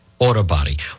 autobody